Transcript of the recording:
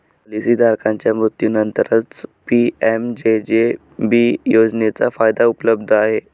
policy धारकाच्या मृत्यूनंतरच PMJJB योजनेचा फायदा उपलब्ध आहे